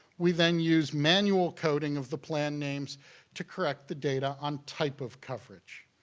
we then use manual coding of the plan names to correct the data on type of coverage.